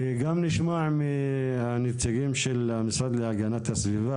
וגם נשמע מהנציגים של המשרד להגנת הסביבה,